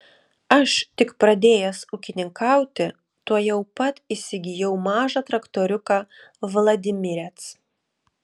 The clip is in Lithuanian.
aš tik pradėjęs ūkininkauti tuojau pat įsigijau mažą traktoriuką vladimirec